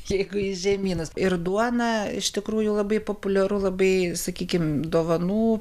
jeigu jis žemynas ir duona iš tikrųjų labai populiaru labai sakykim dovanų